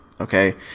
Okay